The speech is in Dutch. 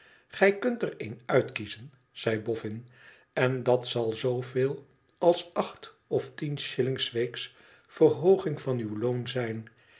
gij kunt er een uitkiezen zei boffin ten dat zal zooveel als acht of tien shillings s weeks verhooging van uw loon zijn